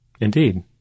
Indeed